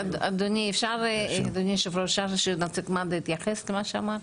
אבי חובב ממד"א.